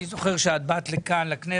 אני זוכר שאת באת לכנסת